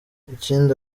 ikindi